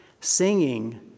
singing